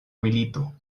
milito